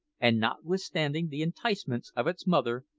and notwithstanding the enticements of its mother,